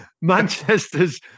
Manchester's